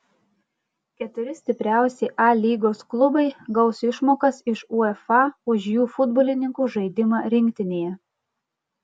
keturi stipriausi a lygos klubai gaus išmokas iš uefa už jų futbolininkų žaidimą rinktinėje